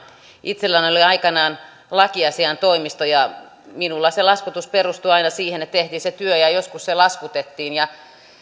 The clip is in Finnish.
itselläni oli aikanaan lakiasiaintoimisto ja minulla se laskutus perustui aina siihen että tehtiin se työ ja joskus se laskutettiin